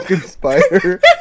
Spider